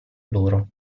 loro